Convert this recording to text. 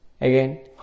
again